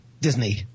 disney